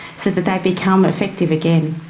so that they become effective again.